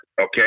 Okay